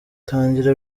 tangira